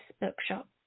bookshop